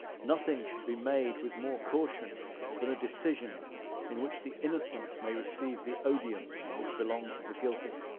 nothing should be made with more caution than a decision in which the innocent may receive the odium which belongs to the guilty.